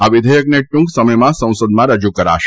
આ વિધેયકને ટુંક સમયમાં સંસદમાં રજુ કરાશે